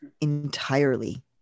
Entirely